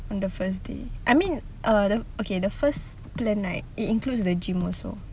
on the first day I mean okay the first plan right it includes the gym also